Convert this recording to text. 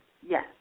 Yes